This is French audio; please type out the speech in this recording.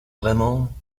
vraiment